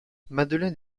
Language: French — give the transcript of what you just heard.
madeleine